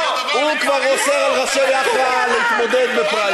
הוא כבר אוסר על ראשי יאח"ה להתמודד בפריימריז.